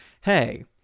Hey